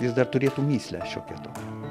jis dar turėtų mįslę šiokią tokią